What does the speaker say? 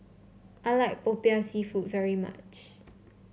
I like Popiah seafood very much